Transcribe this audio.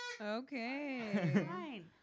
Okay